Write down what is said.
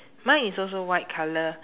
mine is also white colour